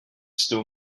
still